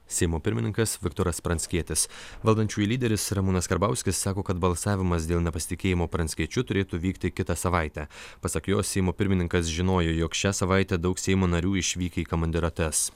seimo pirmininkas viktoras pranckietis valdančiųjų lyderis ramūnas karbauskis sako kad balsavimas dėl nepasitikėjimo pranckiečiu turėtų vykti kitą savaitę pasak jo seimo pirmininkas žinojo jog šią savaitę daug seimo narių išvykę į komandiruotes